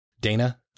Dana